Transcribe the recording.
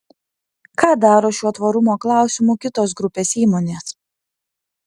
ką daro šiuo tvarumo klausimu kitos grupės įmonės